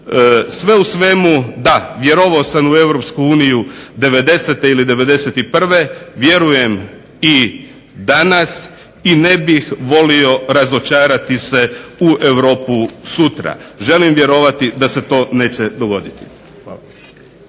Sve u svemu, da, vjerovao sam u EU '90. i '91. vjerujem i danas i ne bih volio razočarati se u Europu sutra. Želim vjerovati da se to neće dogoditi.